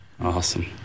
Awesome